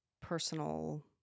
personal